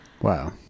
wow